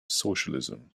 socialism